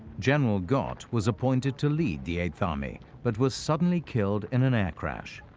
general gott was appointed to lead the eighth army, but was suddenly killed in an air crash.